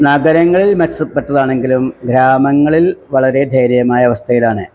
നഗരങ്ങളില് മെച്ചപ്പെട്ടതാണെങ്കിലും ഗ്രാമങ്ങളില് വളരെ ദയനീയമായ അവസ്ഥയിലാണ്